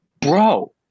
Bro